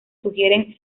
sugieren